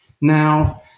now